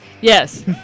yes